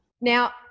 Now